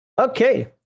Okay